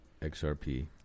XRP